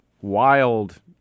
wild